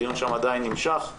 הדיון שם עדיין נמשך,